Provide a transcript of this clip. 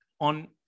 on